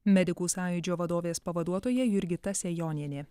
medikų sąjūdžio vadovės pavaduotoja jurgita sejonienė